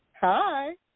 Hi